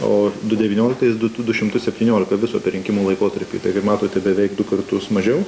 o du devynioliktais du šimtus septyniolika viso per rinkimų laikotarpį taigi matote beveik du kartus mažiau